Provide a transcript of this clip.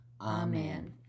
Amen